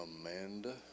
Amanda